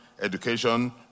education